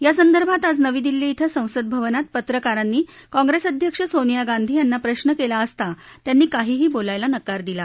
या संदर्भात आज नवी दिल्ली क्विं संसद भवनात पत्रकारांनी काँग्रस्तअध्यक्ष सोनिया गांधी यांना प्रश्न कला असता त्यांनी काहीही बोलायला नकार दिला